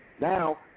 Now